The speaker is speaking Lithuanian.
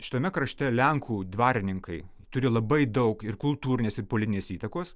šitame krašte lenkų dvarininkai turi labai daug ir kultūrinės ir politinės įtakos